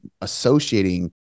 associating